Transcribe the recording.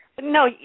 No